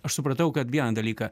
aš supratau kad vieną dalyką